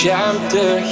Chapter